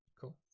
cool